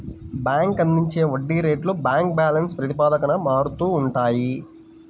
bank అందించే వడ్డీ రేట్లు బ్యాంక్ బ్యాలెన్స్ ప్రాతిపదికన మారుతూ ఉంటాయి